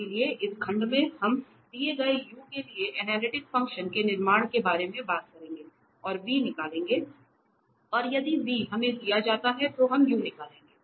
इसलिए इस खंड में हम दिए गए u के लिए अनलिटिक फ़ंक्शन के निर्माण के बारे में बात करेंगे और v निकालेंगे और यदि v हमें दिया जाता है तो हम u निकालेंगे